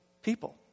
People